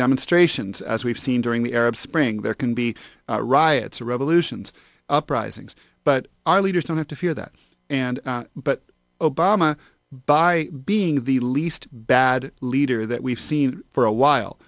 demonstrations as we've seen during the arab spring there can be riots or revolutions uprisings but our leaders don't have to fear that and but obama by being the least bad leader that we've seen for a while